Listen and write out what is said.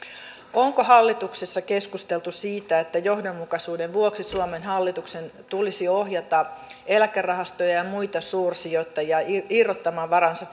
onko hallituksessa keskusteltu siitä että johdonmukaisuuden vuoksi suomen hallituksen tulisi ohjata eläkerahastoja ja ja muita suursijoittajia irrottamaan varansa